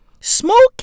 Smoking